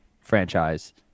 franchise